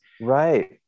Right